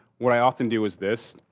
what i often do is this.